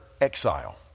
exile